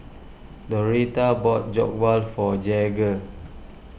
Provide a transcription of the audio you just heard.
Doretha bought Jokbal for Jagger